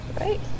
right